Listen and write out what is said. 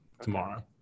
tomorrow